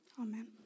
amen